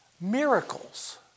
miracles